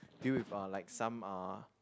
deal with uh like some uh